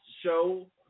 show